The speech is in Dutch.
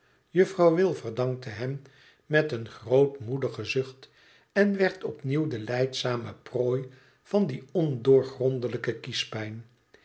juffrouw wilfer dankte hem met een grootmoedigen zucht en werd opnieuw de lijdzame prooi van die ondoorgrondelijke kiespijn